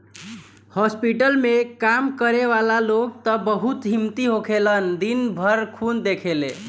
hospital में काम करे वाला लोग त बहुत हिम्मती होखेलन दिन भर खून देखेले